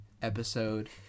episode